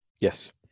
Yes